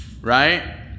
right